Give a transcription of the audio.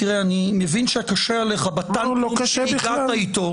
אני מבין שקשה לך בטיימינג שהגעת איתו --- לא קשה בכלל.